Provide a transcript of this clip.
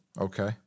Okay